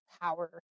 power